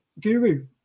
guru